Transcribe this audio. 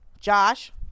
Josh